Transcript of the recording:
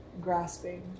grasping